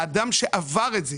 האדם שעבר את זה,